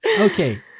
Okay